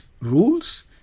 rules